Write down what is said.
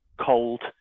cold